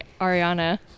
ariana